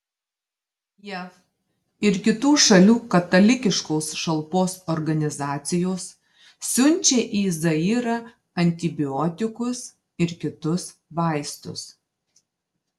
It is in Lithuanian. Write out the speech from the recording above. jav ir kitų šalių katalikiškos šalpos organizacijos siunčia į zairą antibiotikus ir kitus vaistus